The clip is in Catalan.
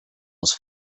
els